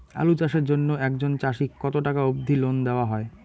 আলু চাষের জন্য একজন চাষীক কতো টাকা অব্দি লোন দেওয়া হয়?